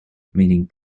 meaning